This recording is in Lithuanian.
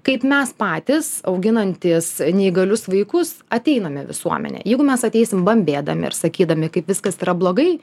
kaip mes patys auginantys neįgalius vaikus ateiname į visuomenę jeigu mes ateisim bambėdami ir sakydami kaip viskas yra blogai